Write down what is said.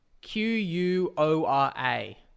Q-U-O-R-A